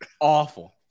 awful